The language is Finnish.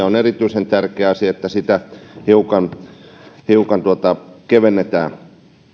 on erityisen tärkeä asia että tätä talvikatsastusasiaa hiukan kevennetään